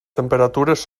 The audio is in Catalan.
temperatures